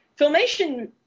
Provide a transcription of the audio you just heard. Filmation